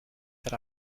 that